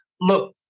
look